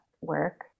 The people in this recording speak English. work